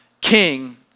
king